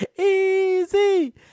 Easy